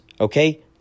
Okay